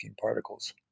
particles